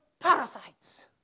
Parasites